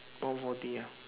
one forty ah